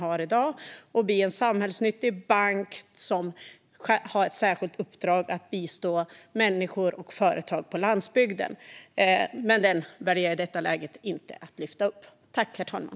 SBAB skulle kunna bli en samhällsnyttig bank med ett särskilt uppdrag att bistå människor och företag på landsbygden. Men i detta läge väljer jag att inte lyfta upp den motionen.